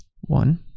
One